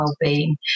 wellbeing